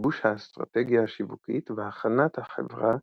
גיבוש האסטרטגיה השיווקית והכנת החברה